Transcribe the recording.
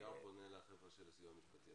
אני פונה לסיוע המשפטי.